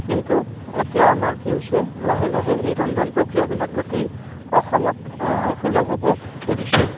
কিন্তু এতিয়া আমাৰ কি হৈছে লাহে লাহে এই ৰন্ধন প্ৰক্ৰিয়াবিলাক গোটেই অসমত সুলভ হ'ব ধৰিছে